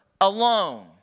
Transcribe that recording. alone